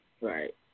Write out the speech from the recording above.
Right